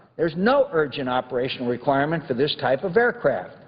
there's no urgent operational requirement for this type of aircraft.